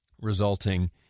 resulting